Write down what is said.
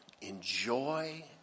enjoy